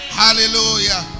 hallelujah